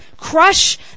crush